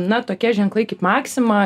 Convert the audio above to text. na tokie ženklai kaip maxima